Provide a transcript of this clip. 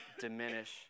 diminish